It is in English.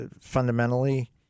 fundamentally